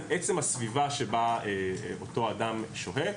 עצם הסביבה בה אותו אדם שוהה,